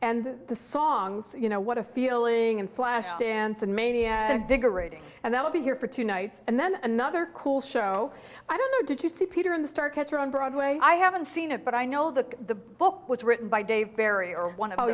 and the songs you know what a feeling and flashdance and mania and bigger ratings and that will be here for two nights and then another cool show i don't know did you see peter in the star catcher on broadway i haven't seen it but i know the book was written by dave barry or one of